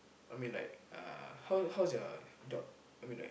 I mean like uh how how's your job I mean like